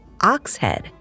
Oxhead